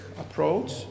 approach